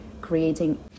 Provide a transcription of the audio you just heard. creating